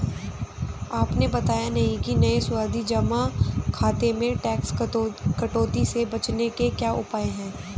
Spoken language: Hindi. आपने बताया नहीं कि नये सावधि जमा खाते में टैक्स कटौती से बचने के क्या उपाय है?